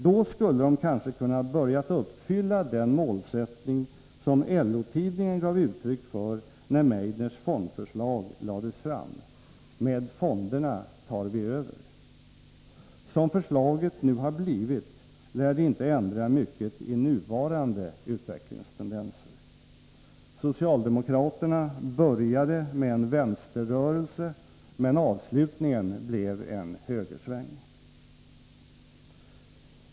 Då skulle de kanske kunna börja att uppfylla den målsättning som LO-tidningen gav uttryck för när Meidners fondförslag lades fram: ”Med fonderna tar vi över.” Som förslaget nu blivit lär det inte ändra mycket i nuvarande utvecklingstendenser. Socialdemokraterna började med en vänsterrörelse, men avslutningen blev en högersväng.